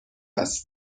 است